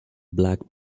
black